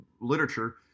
literature